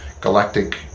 galactic